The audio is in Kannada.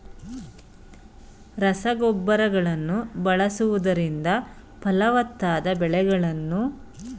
ರಸಗೊಬ್ಬರಗಳನ್ನು ಬಳಸುವುದರಿಂದ ಫಲವತ್ತಾದ ಬೆಳೆಗಳನ್ನು ಬೆಳೆಯಬಹುದೇ?